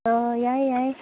ꯑꯣ ꯌꯥꯏ ꯌꯥꯏ